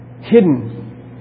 hidden